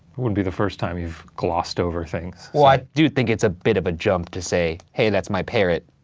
wouldn't be the first time you've glossed over things. well, i do think it's a bit of a jump to say, hey, that's my parrot.